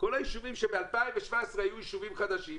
כל הישובים שב-2017 היו ישובים חדשים,